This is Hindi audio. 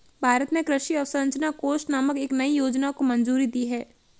भारत ने कृषि अवसंरचना कोष नामक एक नयी योजना को मंजूरी दी है